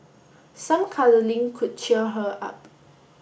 some cuddling could cheer her up